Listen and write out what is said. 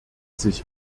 sich